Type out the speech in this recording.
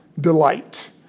delight